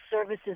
services